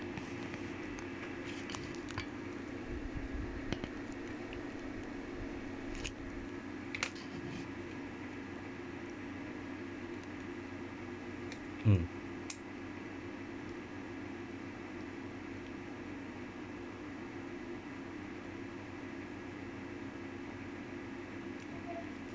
mm